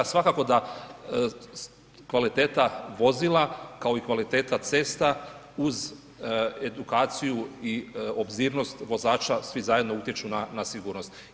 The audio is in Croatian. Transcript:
Svakako da kvaliteta vozila, kao i kvaliteta cesta uz edukaciju i obzirnost vozača, svi zajedno utječu na sigurnost.